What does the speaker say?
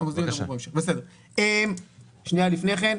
לפני כן,